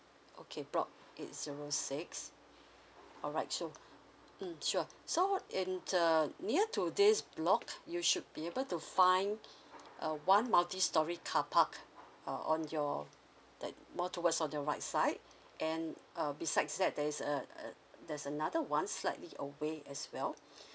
okay block eight zero six alright so mm sure so in uh near to this block you should be able to find uh one multistorey carpark uh on your that more towards on your right side and uh besides that there's a uh there's another one slightly away as well